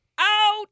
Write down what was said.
out